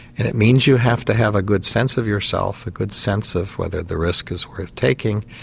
and it means you have to have a good sense of yourself, a good sense of whether the risk is worth taking,